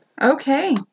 Okay